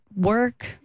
work